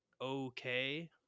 okay